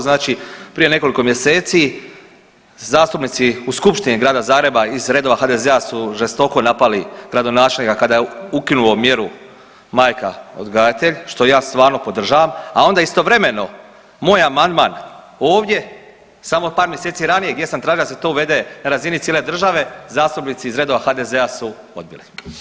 Znači prije nekoliko mjeseci zastupnici u Skupštini Grada Zagreba iz reda HDZ-a su žestoko napali gradonačelnika kada je ukinuo mjeru majka odgajatelj što ja stvarno podržavam, a onda istovremeno moj amandman ovdje samo par mjeseci ranije gdje sam tražio da se to uvede na razini cijele države zastupnici iz redova HDZ-a su odbili.